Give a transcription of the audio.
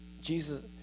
Jesus